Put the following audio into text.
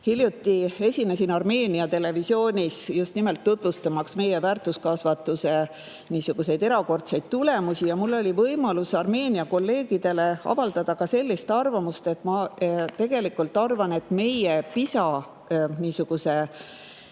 Hiljuti esinesin Armeenia televisioonis just nimelt tutvustamaks meie väärtuskasvatuse erakordseid tulemusi ja mul oli võimalus Armeenia kolleegidele avaldada sellist arvamust, et ma tegelikult arvan, et meie PISA [testide]